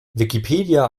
wikipedia